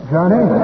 Johnny